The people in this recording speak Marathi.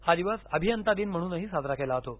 हा दिवस अभियंता दिन म्हणून साजरा केला जातो